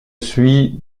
suis